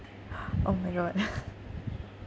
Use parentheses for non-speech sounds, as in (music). oh my god (laughs)